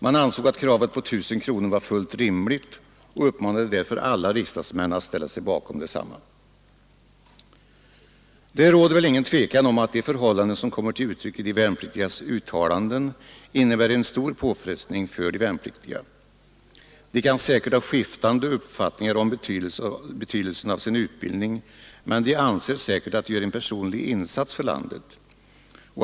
Man ansåg att kravet på 1 000 kronor var fullt rimligt och uppmanade därför alla riksdagsmän att ställa sig bakom detsamma. Det råder väl inget tvivel om att de förhållanden som redovisas i de värnpliktigas uttalanden innebär en stor påfrestning för de värnpliktiga. De kan ha skiftande uppfattningar om betydelsen av sin utbildning, men de anser säkerligen att de gör en personlig insats för landet.